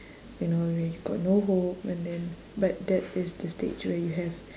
you know where you got no hope and then but that is the stage where you have